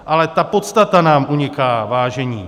Ale ta podstata nám uniká, vážení.